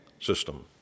system